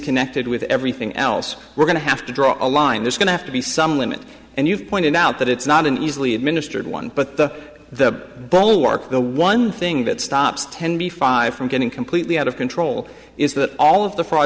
connected with everything else we're going to have to draw a line there's going to have to be some limit and you've pointed out that it's not an easily administered one but the the the one thing that stops ten b five from getting completely out of control is that all of the fraud